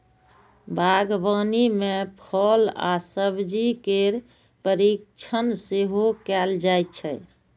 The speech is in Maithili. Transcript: बागवानी मे फल आ सब्जी केर परीरक्षण सेहो कैल जाइ छै